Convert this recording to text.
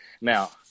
Now